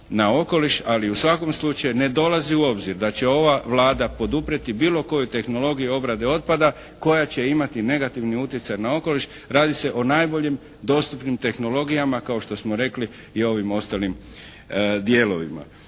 na okoliš ali u svakom slučaju ne dolazi u obzir da će ova Vlada poduprijeti bilo koju tehnologiju obrade otpada koja će imati negativni utjecaj na okoliš, radi se o najboljim dostupnim tehnologijama kao što smo rekli i ovim ostalim dijelovima.